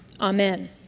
Amen